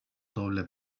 doble